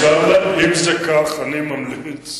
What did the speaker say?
אם זה כך, אני ממליץ